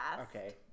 Okay